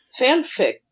fanfic